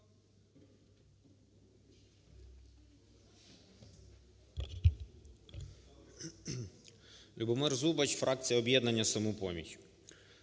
ЛюбомирЗубач, фракція "Об'єднання "Самопоміч".